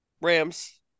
Rams